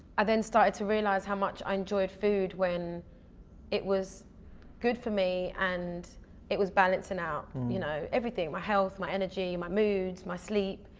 i then started to realize how much i enjoyed food when it was good for me and it was balancing out you know everything. my health, my energy, my moods, my sleep.